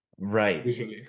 Right